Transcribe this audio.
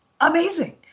amazing